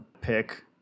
pick